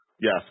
yes